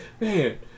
man